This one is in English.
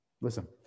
Listen